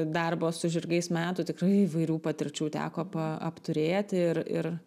darbo su žirgais metų tikrai įvairių patirčių teko pa apturėt ir ir